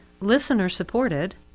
listener-supported